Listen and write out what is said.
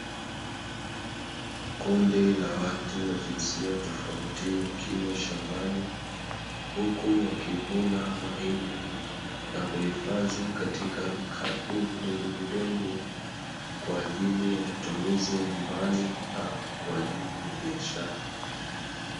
Kundi la watu wajinsia tofauti wakiwa shambani huku wakivuna mahindi na kuhifadhi katika vikapu vidogo vidogo, kwaajili ya matumizi ya nyumbani au kwaajili ya biashara .